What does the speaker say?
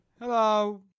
Hello